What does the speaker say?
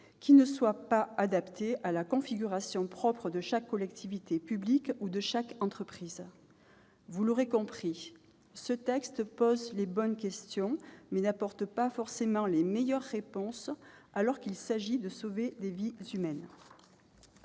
trop stricte, inadaptée à la configuration propre de chaque collectivité publique ou de chaque entreprise. Vous l'aurez compris, mes chers collègues, ce texte pose les bonnes questions, mais n'apporte pas forcément les meilleures réponses, alors qu'il s'agit de sauver des vies humaines.